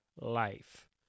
life